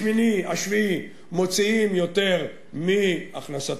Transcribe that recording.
השמיני והשביעי מוציאים יותר מהכנסתם,